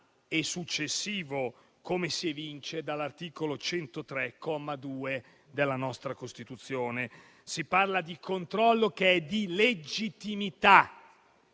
successivo, come si evince dall'articolo 103, comma 2, della nostra Costituzione. Si parla di controllo di legittimità,